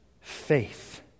faith